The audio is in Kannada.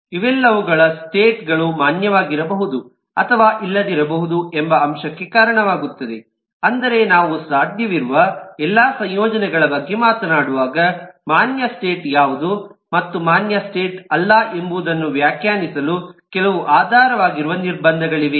ಇವೆಲ್ಲವವುಗಳ ಸ್ಟೇಟ್ ಗಳು ಮಾನ್ಯವಾಗಿರಬಹುದು ಅಥವಾ ಇಲ್ಲದಿರಬಹುದು ಎಂಬ ಅಂಶಕ್ಕೆ ಕಾರಣವಾಗುತ್ತವೆ ಅಂದರೆ ನಾವು ಸಾಧ್ಯವಿರುವ ಎಲ್ಲಾ ಸಂಯೋಜನೆಗಳ ಬಗ್ಗೆ ಮಾತನಾಡುವಾಗ ಮಾನ್ಯ ಸ್ಟೇಟ್ ಯಾವುದು ಮತ್ತು ಮಾನ್ಯ ಸ್ಟೇಟ್ ಅಲ್ಲ ಎಂಬುದನ್ನು ವ್ಯಾಖ್ಯಾನಿಸಲು ಕೆಲವು ಆಧಾರವಾಗಿರುವ ನಿರ್ಬಂಧಗಳಿವೆ